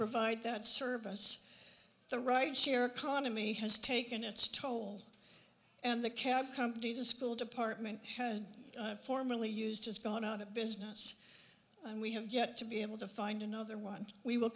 provide that service the right share khana me has taken its toll and the cab company to school department has formerly used has gone out of business and we have yet to be able to find another one we will